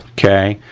okay,